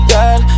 Girl